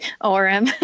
ORM